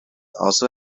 also